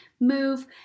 move